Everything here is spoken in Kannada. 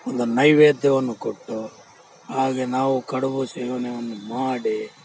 ಒಂದು ನೈವೇದ್ಯವನ್ನು ಕೊಟ್ಟು ಹಾಗೆ ನಾವು ಕಡುಬು ಸೇವನೆಯನ್ನು ಮಾಡಿ